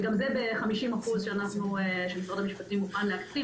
וגם זה ב-50% שמשרד המשפטים מוכן להקציב.